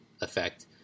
effect